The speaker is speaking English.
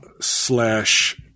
slash